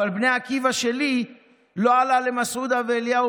אבל בני עקיבא שלי לא עלה למסעודה ואליהו